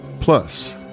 Plus